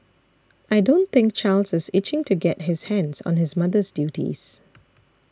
I don't think Charles is itching to get his hands on his mother's duties